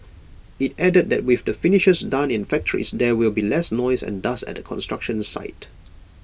IT added that with the finishes done in factories there will be less noise and dust at the construction site